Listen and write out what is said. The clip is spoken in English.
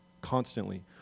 constantly